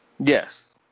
Yes